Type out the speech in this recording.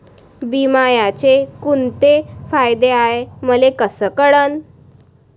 बिम्याचे कुंते फायदे हाय मले कस कळन?